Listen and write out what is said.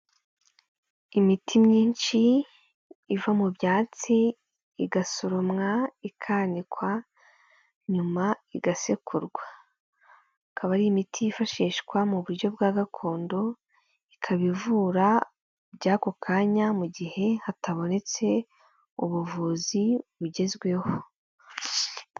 Imiti myinshi iva mu byatsi igasoromwa ikanikwa, nyuma igasekurwa, ikaba ari imiti yifashishwa mu buryo bwa gakondo, ikaba ivura by'ako kanya mu gihe hatabonetse ubuvuzi bugezweho.